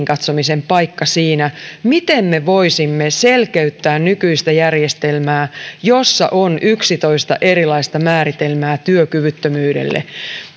katsomisen paikka siinä miten me voisimme selkeyttää nykyistä järjestelmää jossa on yksitoista erilaista määritelmää työkyvyttömyydelle